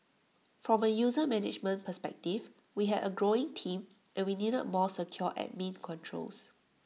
from A user management perspective we had A growing team and we needed A more secure admin controls